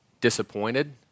disappointed